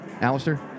Alistair